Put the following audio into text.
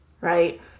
Right